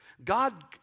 God